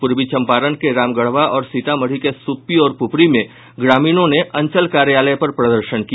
पूर्वी चंपारण के रामगढ़वा और सीतामढ़ी के सुप्पी और प्रपरी में ग्रामीणों ने अंचल कार्यालय पर प्रदर्शन किया